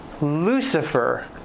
Lucifer